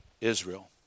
Israel